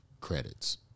credits